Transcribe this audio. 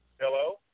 Hello